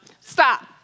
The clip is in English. Stop